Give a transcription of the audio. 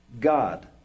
God